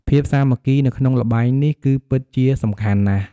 ភាពសាមគ្គីនៅក្នុងល្បែងនេះគឺពិតជាសំខាន់ណាស់។